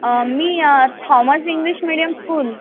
uh thomas English medium school